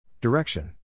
Direction